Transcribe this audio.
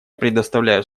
предоставляю